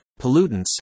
pollutants